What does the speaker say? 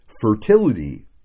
fertility